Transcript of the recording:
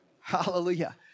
hallelujah